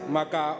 Maka